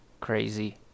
crazy